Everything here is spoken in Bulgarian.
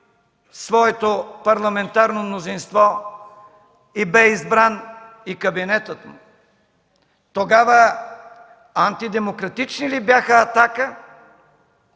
своето парламентарно мнозинство и бе избран и кабинетът му. Тогава антидемократични ли бяха „Атака”?